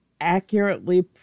accurately